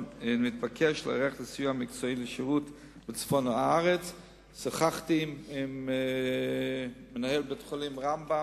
בצפון הרחוק אין שירותי בריאות מתאימים לחולים אלו.